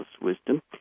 wisdom